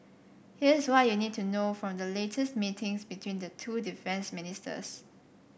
here's what you need to know from the latest meetings between the two defence ministers